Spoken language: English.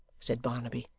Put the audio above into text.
said barnaby,